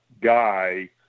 guy